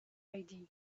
idea